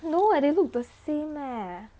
no eh they look the same eh